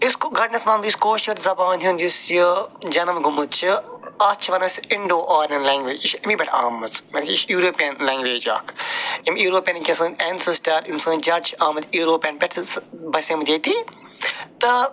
گۄڈنٮ۪تھ وَنہٕ بہٕ یُس کٲشُر زبانہِ ہُنٛد یُس یہِ جنم گوٚمُت چھِ اَتھ چھِ وَنان أسۍ اِںڈو آرین لینٛگوج یہِ چھُ اَمی پٮ۪ٹھ آمٕژ یہِ چھِ ایوٗروپِیَن لینٛگویج اکھ اَمۍ ایوٗروپِین سٲنۍ اٮ۪نسسِٹر یِم سٲنۍ جَڈ چھِ آمٕتۍ ایوٗروپین پٮ۪ٹھٕ بَسیمٕتۍ ییٚتی تہٕ